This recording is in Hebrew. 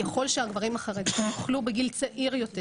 ככל שהגברים החרדים יוכלו בגיל צעיר יותר